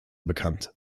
bekannt